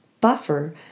buffer